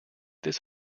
this